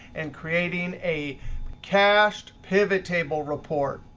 and creating a cached pivot table report.